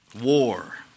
War